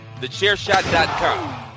Thechairshot.com